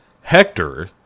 Hector